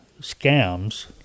scams